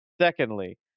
Secondly